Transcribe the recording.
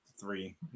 three